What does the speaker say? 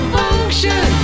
function